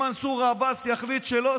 אם מנסור עבאס יחליט שלא,